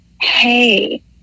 hey